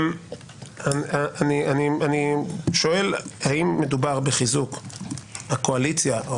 אני שואל האם מדובר בחיזוק הקואליציה.